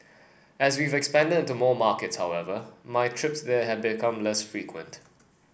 as we've expanded into more markets however my trips there have become less frequent